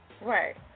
Right